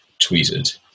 tweeted